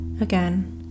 again